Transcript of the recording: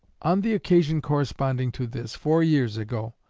on the occasion corresponding to this, four years ago,